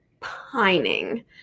Pining